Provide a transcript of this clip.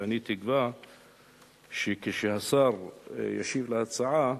ואני מקווה שכשהשר ישיב להצעה,